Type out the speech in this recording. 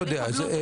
לא יודע.